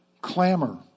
Clamor